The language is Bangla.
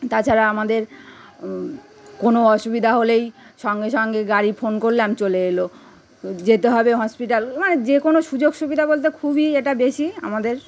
তাছাড়া আমাদের কোনো অসুবিধা হলেই সঙ্গে সঙ্গে গাড়ি ফোন করলাম চলে এলো যেতে হবে হসপিটাল মানে যে কোনো সুযোগ সুবিধা বলতে খুবই এটা বেশি আমাদের